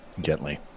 gently